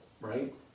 right